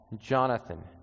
Jonathan